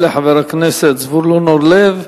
תודה לחבר הכנסת זבולון אורלב.